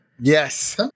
Yes